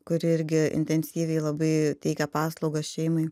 kuri irgi intensyviai labai teikia paslaugas šeimai